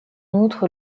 outre